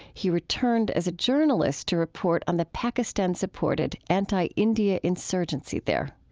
he returned as a journalist to report on the pakistan-supported anti-india insurgency there.